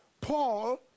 Paul